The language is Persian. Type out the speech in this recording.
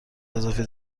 اضافی